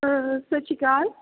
ਸਤਿ ਸ਼੍ਰੀ ਅਕਾਲ